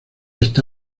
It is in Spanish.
está